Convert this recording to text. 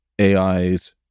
AI's